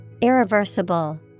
Irreversible